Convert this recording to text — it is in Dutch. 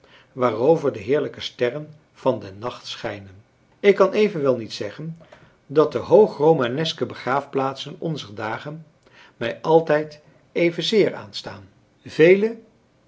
waarover de heerlijke sterren van den nacht schijnen ik kan evenwel niet zeggen dat de hoog romaneske begraafplaatsen onzer dagen mij altijd evenzeer aanstaan vele